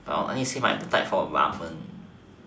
but I need to save my appetite for ramen